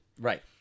Right